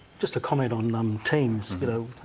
just a comment on um teams.